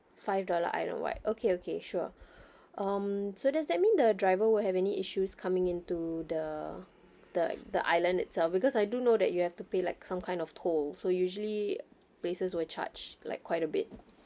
five dollar island wide okay okay sure um so does that mean the driver will have any issues coming into the the the island itself because I do know that you have to pay like some kind of toll so usually places will charge like quite a bit